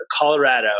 Colorado